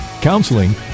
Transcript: counseling